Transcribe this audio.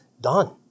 done